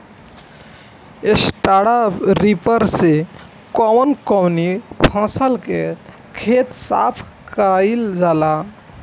Straw reaper से कवन कवनी फसल के खेत साफ कयील जाला?